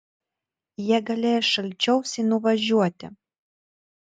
jie galėjo šalčiausiai nuvažiuoti